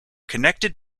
connected